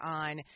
on